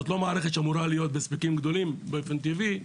זאת לא מערכת שאמורה להיות בהספקים גדולים באופן טבעי,